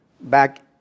back